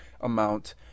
amount